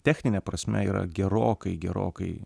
technine prasme yra gerokai gerokai